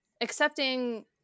accepting